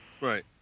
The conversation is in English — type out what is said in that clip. Right